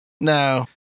No